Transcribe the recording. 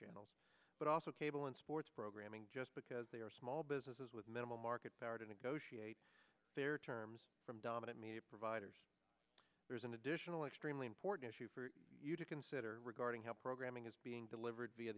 channels but also cable in sports programming just because they are small businesses with minimal market power to negotiate their terms from dominant media providers there is an additional extremely important issue for you to consider regarding how programming is being delivered via